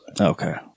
Okay